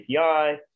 API